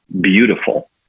beautiful